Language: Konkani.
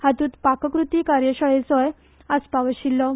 हातूत पाककृती कार्याशाळेचोय आस्पाव आशिऴ्छो